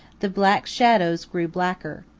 the black shadows grew blacker.